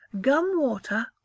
gum-water